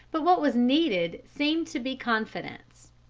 but what was needed seemed to be confidence.